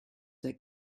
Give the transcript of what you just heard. that